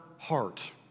Heart